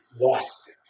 lost